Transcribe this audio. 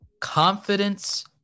confidence